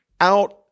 out